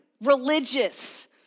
religious